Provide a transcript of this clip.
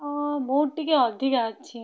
ଅଁ ବହୁତ ଟିକିଏ ଅଧିକା ଅଛି